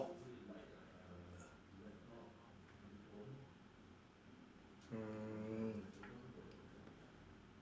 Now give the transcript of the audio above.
mm